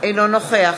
אינו נוכח